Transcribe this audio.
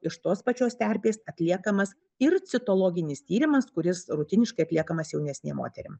iš tos pačios terpės atliekamas ir citologinis tyrimas kuris rutiniškai atliekamas jaunesnėm moterim